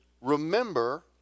remember